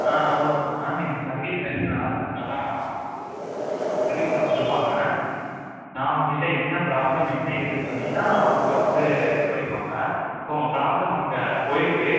on ஒரு நிமிடம் ma'am எங்க சர்விஸ் சென்டர் ஆளுங்கள் அங்கே தான் சர்வீஸ் பார்த்துட்ருப்பாங்க நான் அவங்க கிட்ட என்ன ப்ராப்ளம் என்ன ஏதுன்னு சொன்னிங்கன்னா அவங்க வந்து இது பண்ணிடுவாங்க இப்போ உங்க ப்ராப்ளம் அங்கே போய்ருக்கு